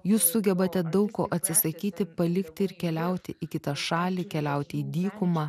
jūs sugebate daug ko atsisakyti palikti ir keliauti į kitą šalį keliauti į dykumą